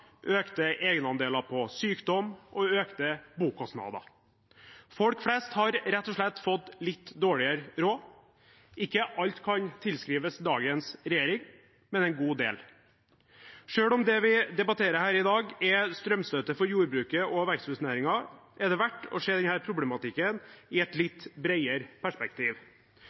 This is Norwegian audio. økte egenandeler på sykdom og økte bokostnader. Folk flest har rett og slett fått litt dårligere råd. Ikke alt kan tilskrives dagens regjering, men en god del. Selv om det vi debatterer her i dag, er strømstøtte for jordbruket og veksthusnæringen, er det verdt å se denne problematikken i et litt bredere perspektiv.